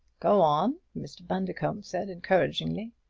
go on! mr. bundercombe said encouragingly.